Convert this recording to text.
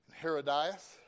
Herodias